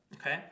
okay